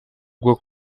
bwo